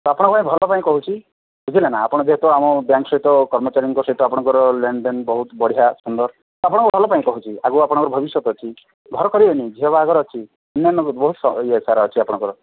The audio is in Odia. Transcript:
ଆପଣଙ୍କ ଭଲ ପାଇଁ କହୁଛି ବୁଝିଲେନା ଆପଣ ଯେହେତୁ ଆମ ବ୍ୟାଙ୍କ୍ ସହିତ କର୍ମଚାରୀଙ୍କ ସହିତ ଆପଣଙ୍କର ଲେନ୍ଦେନ୍ ବହୁତ ବଢ଼ିଆ ସୁନ୍ଦର ଆପଣଙ୍କ ଭଲ ପାଇଁ କହୁଛି ଆଗକୁ ଆପଣଙ୍କର ଭବିଷ୍ୟତ ଅଛି ଘର କରିବେନି ଝିଅ ବାହାଘର ଅଛି ନା ନା ବହୁତସାରା ଅଛି ଆପଣଙ୍କର